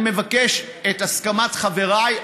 אני מבקש את הסכמת חבריי.